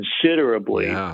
considerably